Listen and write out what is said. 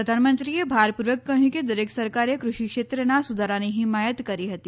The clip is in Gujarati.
પ્રધાનમંત્રીએ ભાર પૂર્વક કહ્યું કે દરેક સરકારે કૃષિ ક્ષેત્રના સુધારાની હિમાયત કરી હતી